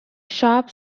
sharp